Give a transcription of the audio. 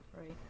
Right